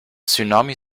tsunami